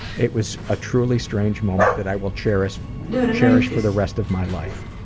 it was a truly strange moment that i will cherish cherish for the rest of my life.